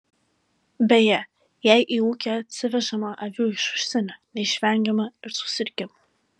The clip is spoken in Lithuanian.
beje jei į ūkį atsivežama avių iš užsienio neišvengiama ir susirgimų